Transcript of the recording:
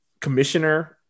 commissioner